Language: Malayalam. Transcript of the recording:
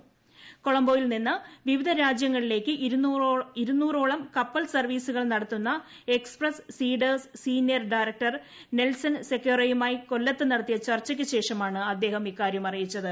ളക്കാളംബോയിൽനിന്ന് വിവിധ രാജ്യങ്ങളിലേക്ക് ഇരുന്നൂറോളം കപ്പൽ സ്ർവീസുകൾ നടത്തുന്ന express feeders senior director Nelson സെക്കേറയുമായി കൊല്ലത്ത് നടത്തിയ ചർച്ചയ്ക്ക് ശേഷമാണ് അദ്ദേഹം ഇക്കാര്യം അറിയിച്ചത്